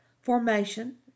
Formation